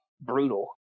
brutal